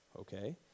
okay